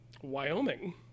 Wyoming